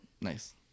nice